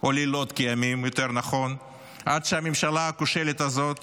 או לילות כימים עד שהממשלה הכושלת הזאת